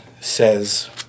says